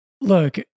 look